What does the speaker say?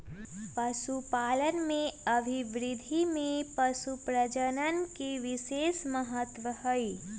पशुपालन के अभिवृद्धि में पशुप्रजनन के विशेष महत्त्व हई